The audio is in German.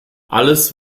alles